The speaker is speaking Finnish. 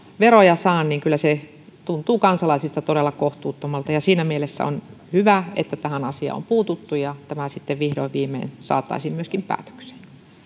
veroja saa niin kyllä se tuntuu kansalaisista todella kohtuuttomalta siinä mielessä on hyvä että tähän asiaan on puututtu ja tämä sitten vihdoin viimein saataisiin myöskin päätökseen